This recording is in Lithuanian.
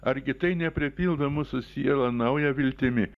argi tai ne pripildo mūsų sielą nauja viltimi